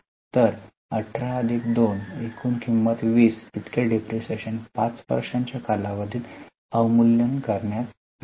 तर 18 अधिक 2 एकूण किंमत 20 इतके डिप्रीशीएशन 5 वर्षाच्या कालावधीत अवमूल्यन करण्यात येईल